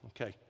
okay